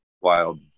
Wild